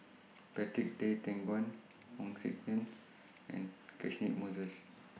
Patrick Tay Teck Guan Hong Sek Chern and Catchick Moses